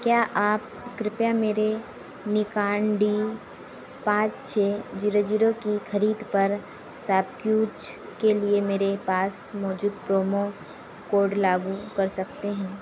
क्या आप कृपया मेरे निकॉन डी पाँच छह ज़ीरो ज़ीरो की खरीद पर शॉपक्लूज़ के लिए मेरे पास मौजूद प्रोमो कोड लागू कर सकते हैं